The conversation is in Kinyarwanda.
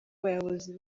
bayobozi